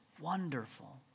wonderful